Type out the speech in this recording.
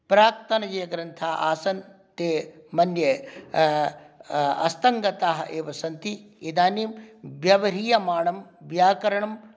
प्राक्तनाः ये ग्रन्थाः आसन् ते मन्ये अस्तङ्गताः एव सन्ति इदानीं व्यवह्रीयमाणं व्याकरणं